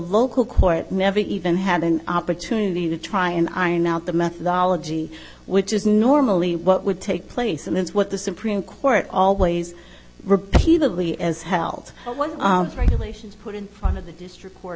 local court never even had an opportunity to try and iron out the methodology which is normally what would take place and that's what the supreme court always repeatedly as held regulations put in front of the district court